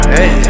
Hey